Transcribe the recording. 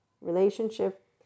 relationship